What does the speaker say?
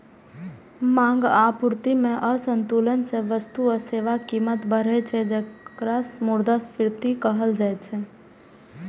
मांग आ आपूर्ति मे असंतुलन सं वस्तु आ सेवाक कीमत बढ़ै छै, जेकरा मुद्रास्फीति कहल जाइ छै